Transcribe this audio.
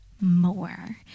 more